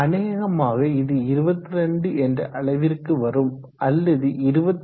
அநேகமாக இது 22 என்ற அளவிற்கு வரும் அல்லது 22